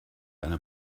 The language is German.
eine